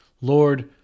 Lord